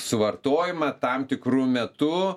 suvartojimą tam tikru metu